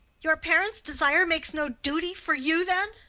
your parent's desire makes no duty for you, then?